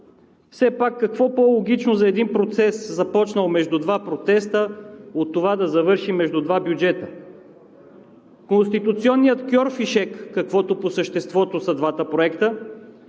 Все пак какво по-логично за един процес, започнал между два протеста, от това да завърши между два бюджета?! Конституционният кьорфишек, каквото по съществото са двата проекта,